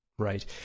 Right